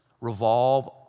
revolve